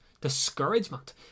discouragement